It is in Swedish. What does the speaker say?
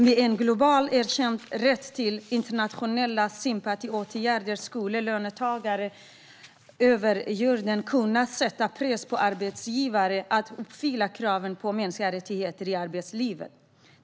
Med en globalt erkänd rätt till internationella sympatiåtgärder skulle löntagare över hela jorden kunna sätta press på arbetsgivare att uppfylla kravet på mänskliga rättigheter i arbetslivet.